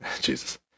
Jesus